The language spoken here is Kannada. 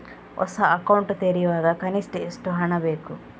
ಹೊಸ ಅಕೌಂಟ್ ತೆರೆಯುವಾಗ ಕನಿಷ್ಠ ಎಷ್ಟು ಹಣ ಇಡಬೇಕು?